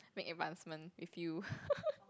make advancement with you